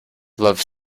love